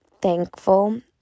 thankful